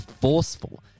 forceful